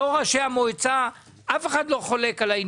לא חברי המועצה אף אחד לא חולק על העניין.